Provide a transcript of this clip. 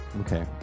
Okay